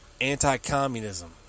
Anti-communism